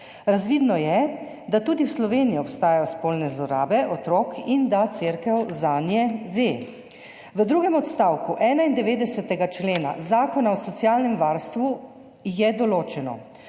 Razvidno je, da tudi v Sloveniji obstajajo spolne zlorabe otrok in da Cerkev zanje ve. V drugem odstavku 91. člena Zakona o socialnem varstvu je določeno,